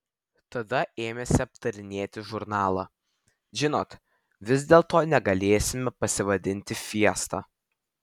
tada ėmėsi aptarinėti žurnalą žinot vis dėlto negalėsime pasivadinti fiesta